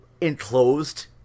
enclosed